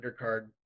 undercard